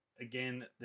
Again